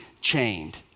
chained